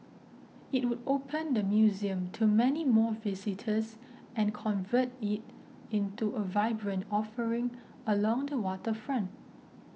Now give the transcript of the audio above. it would open the museum to many more visitors and convert it into a vibrant offering along the waterfront